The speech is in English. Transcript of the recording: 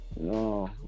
no